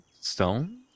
stone